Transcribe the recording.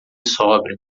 sóbrio